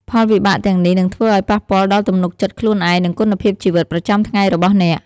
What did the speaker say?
ផលវិបាកទាំងនេះនឹងធ្វើឱ្យប៉ះពាល់ដល់ទំនុកចិត្តខ្លួនឯង និងគុណភាពជីវិតប្រចាំថ្ងៃរបស់អ្នក។